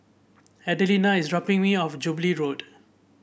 Adelina is dropping me off Jubilee Road